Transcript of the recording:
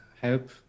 help